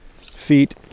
feet